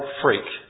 freak